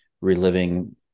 reliving